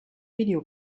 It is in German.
video